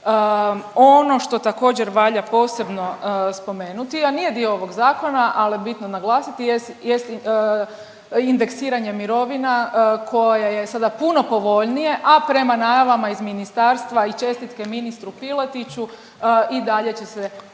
Ono što također valja posebno spomenuti, a nije dio ovog zakona, ali je bitno naglasiti jest indeksiranje mirovina koje je sada puno povoljnije, a prema najavama iz ministarstva i čestitke ministru Piletiću i dalje će se